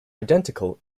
identical